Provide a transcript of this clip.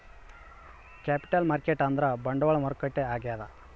capital market ಅಂದ್ರ ಬಂಡವಾಳ ಮಾರುಕಟ್ಟೆ ಆಗ್ಯಾದ